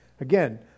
Again